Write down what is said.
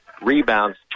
rebounds